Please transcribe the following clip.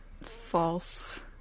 false